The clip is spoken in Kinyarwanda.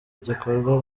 igikorwa